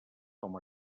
com